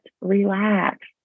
relax